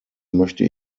möchte